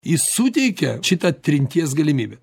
jis suteikia šitą trinties galimybę